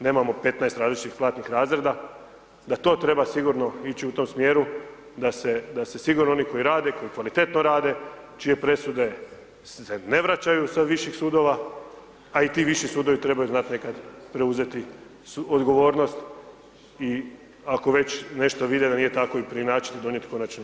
Nemamo 15 različitih platnih razreda da to treba sigurno ići u tom smjeru da se sigurno oni koji rade, koji kvalitetno rade, čije presude se ne vraćaju sa viših sudova a i ti viši sudovi trebaju znati nekad preuzeti odgovornost i ako već nešto vide da nije tako i preinačiti i donijeti konačni pravorijek.